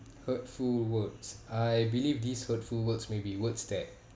hurtful words I believe this hurtful words may be words that